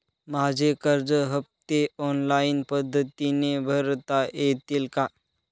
माझे कर्ज हफ्ते ऑनलाईन पद्धतीने भरता येतील का?